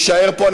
להישאר פה.